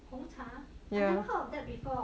红茶 I never heard of that before